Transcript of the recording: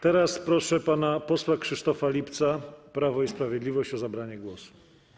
Teraz proszę pana posła Krzysztofa Lipca, Prawo i Sprawiedliwość, o zabranie głosu.